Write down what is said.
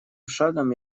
шагом